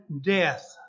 death